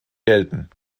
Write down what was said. gelten